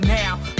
now